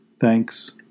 Thanks